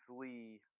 Lee